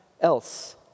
else